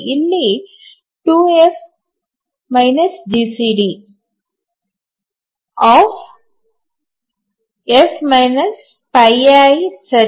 ಇಲ್ಲಿ 2 F GCD F pi 2F GCDF piಸರಿ